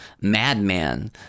madman